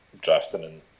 drafting